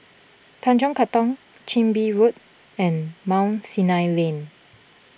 Tanjong Katong Chin Bee Road and Mount Sinai Lane